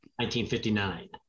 1959